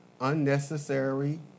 unnecessary